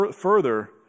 further